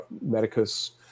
Medicus